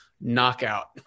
knockout